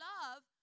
love